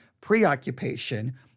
preoccupation